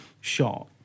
shot